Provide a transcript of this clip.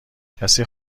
کسی